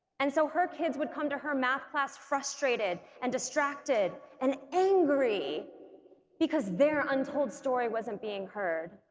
and so her kids would come to her math class frustrated and distracted and angry because their untold story wasn't being heard.